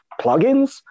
plugins